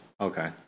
Okay